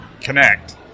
connect